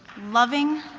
loving,